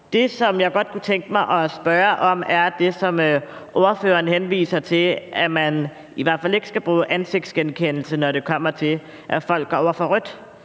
Det, som jeg godt kunne tænke mig at spørge til, er det, som ordføreren henviser til, nemlig at man i hvert fald ikke skal bruge ansigtsgenkendelse, når det kommer til, at folk går over for rødt